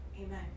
Amen